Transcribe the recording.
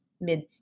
mid